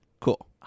Cool